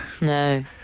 No